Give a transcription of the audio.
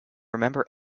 remember